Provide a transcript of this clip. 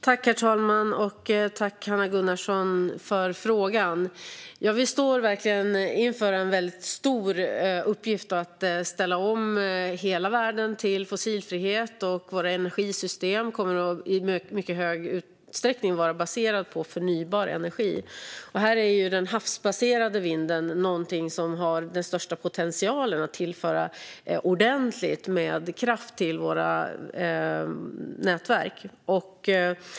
Herr talman! Tack, Hanna Gunnarsson, för frågan! Vi står verkligen inför en väldigt stor uppgift med att ställa om hela världen till fossilfrihet. Våra energisystem kommer i mycket stor utsträckning att vara baserade på förnybar energi. Här har den havsbaserade vinden den största potentialen att tillföra ordentligt med kraft till våra nätverk.